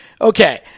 Okay